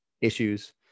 issues